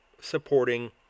supporting